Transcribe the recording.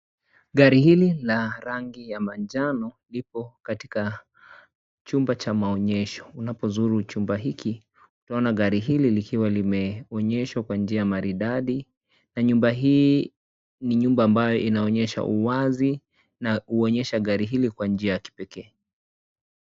Gari hili la rangi ya manjano liko katika chumba cha maonyesho, unapozuru chumba hiki utaona gari hili likiwa limeoneshwa kwa njia maridadi, na nyumba hii ni nyumba ambayo inaonyesha uwazi na huonyesha gari hili kwa njia ya kipekee.